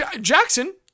Jackson